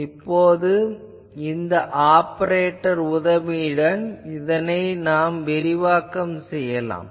இப்போது நாம் இந்த ஆப்பரேட்டர் உதவியுடன் இதனை விரிவாக்கம் செய்யலாம்